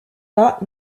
pas